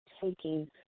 taking